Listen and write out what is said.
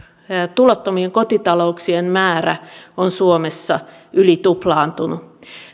tulottomien kotitalouksien määrä on suomessa yli tuplaantunut